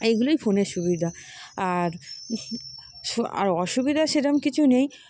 এইগুলোই ফোনের সুবিধা আর সু আর অসুবিধা সেরম কিছু নেই